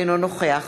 אינו נוכח